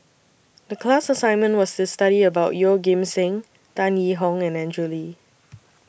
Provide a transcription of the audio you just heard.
The class assignment was to study about Yeoh Ghim Seng Tan Yee Hong and Andrew Lee